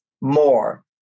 more